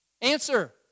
Answer